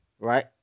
Right